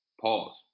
Pause